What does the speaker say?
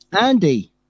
Andy